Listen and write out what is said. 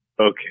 Okay